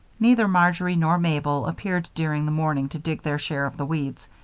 neither marjory nor mabel appeared during the morning to dig their share of the weeds,